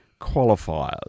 qualifiers